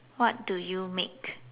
what do you make